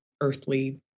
earthly